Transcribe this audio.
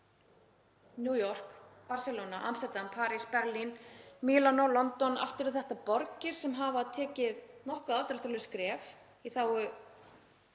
New York, Barcelona, Amsterdam, París, Berlín, Mílanó, London. Allt eru þetta borgir sem hafa tekið nokkuð afdráttarlaus skref í þágu